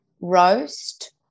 roast